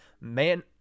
man